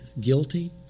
guilty